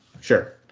Sure